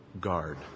guard